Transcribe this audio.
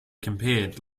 compared